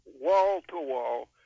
wall-to-wall